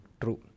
true